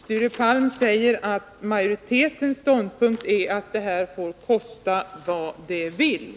Sture Palm säger att majoritetens ståndpunkt är att detta får kosta vad det vill.